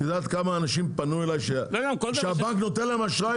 את יודעת כמה אנשים פנו אליי שהבנק נותן להם אשראי